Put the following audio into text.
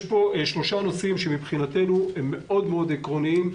יש פה שלושה נושאים שמבחינתנו עקרוניים מאוד,